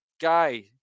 guy